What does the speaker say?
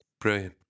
Brilliant